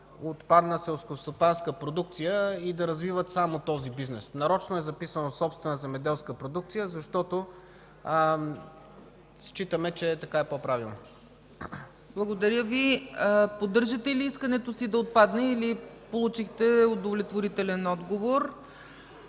отпадна селскостопанска продукция и да развиват само този бизнес. Нарочно е записано „собствена земеделска продукция”, защото считаме, че така е по-правилно. ПРЕДСЕДАТЕЛ ЦЕЦКА ЦАЧЕВА: Благодаря Ви. Поддържате ли искането си да отпадне или получихте удовлетворителен отговор?